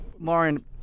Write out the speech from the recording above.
Lauren